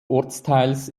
ortsteils